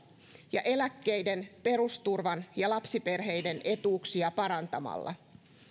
ja eläkkeiden perusturvan ja lapsiperheiden etuuksia parantamalla